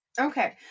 Okay